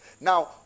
Now